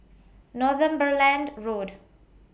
Northumberland Road